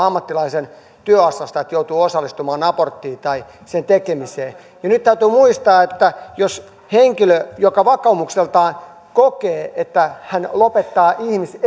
ammattilaisen työajasta että joutuu osallistumaan aborttiin tai sen tekemiseen nyt täytyy muistaa että jos henkilö vakaumukseltaan kokee että hän lopettaa